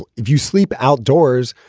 if you sleep outdoors,